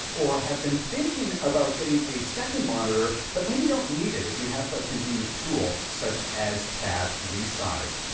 or have been thinking about getting a second monitor, but maybe don't need it. if you have a convenient tool, such as tab resize.